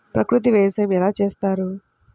ప్రకృతి వ్యవసాయం ఎలా చేస్తారు?